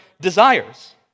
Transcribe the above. desires